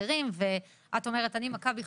אחרים ואת אומרת "אני קופת חולים מכבי,